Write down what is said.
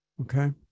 Okay